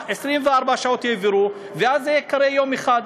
24 שעות יעברו ואז זה ייקרא יום אחד.